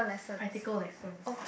practical lessons